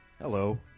Hello